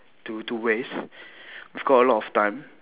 to to waste we've got a lot of time